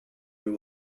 you